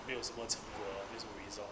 没有什么成果没什么 result